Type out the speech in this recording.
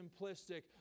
simplistic